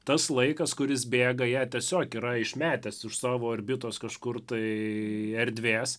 tas laikas kuris bėga ją tiesiog yra išmetęs iš savo orbitos kažkur tai erdvės